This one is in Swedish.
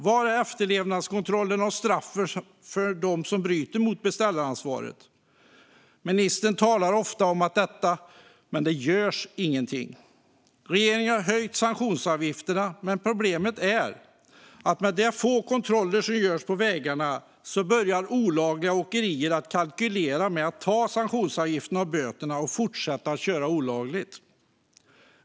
Var sker efterlevnadskontrollen av straff för dem som bryter mot beställaransvaret? Ministern talar ofta om detta, men det görs ingenting. Regeringen har höjt sanktionsavgifterna, men problemet är att med de få kontroller som görs på vägarna börjar olagliga åkerier att kalkylera med att ta sanktionsavgifterna och böterna och fortsätta att köra olagligt.